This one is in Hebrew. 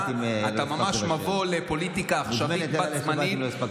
אתה ממש מבוא לפוליטיקה עכשווית, בת-הזמן.